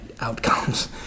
outcomes